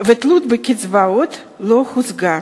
ומהתלות בקצבאות, לא הושגה.